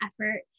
effort